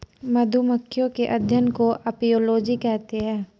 मधुमक्खियों के अध्ययन को अपियोलोजी कहते हैं